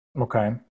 okay